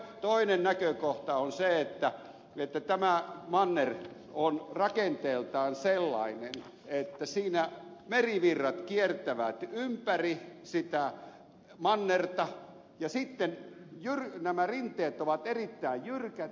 toinen näkökohta on se että tämä manner on rakenteeltaan sellainen että siinä merivirrat kiertävät ympäri sitä mannerta ja sitten nämä rinteet ovat erittäin jyrkät